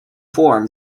form